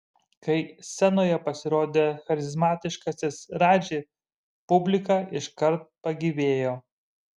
kai scenoje pasirodė charizmatiškasis radži publika iškart pagyvėjo